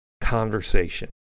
conversation